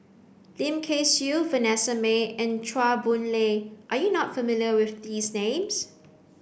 Lim Kay Siu Vanessa Mae and Chua Boon Lay are you not familiar with these names